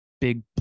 big